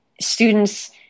Students